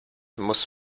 muss